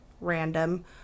random